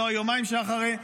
לא היומיים שאחרי.